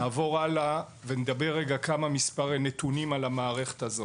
נעבור הלאה ונדבר על נתונים על המערכת הזו.